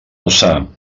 alçar